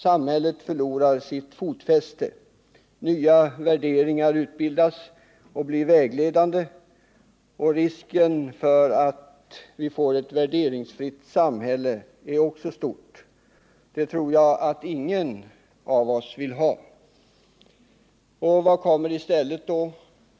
Samhället förlorar sitt fotfäste, nya värderingar utbildas och blir vägledande och risken för att vi får ett värderingsfritt samhälle är också stor. Det tror jag att ingen av oss vill ha. Vad kommer då i stället?